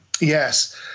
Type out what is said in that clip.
Yes